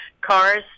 cars